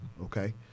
Okay